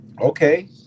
Okay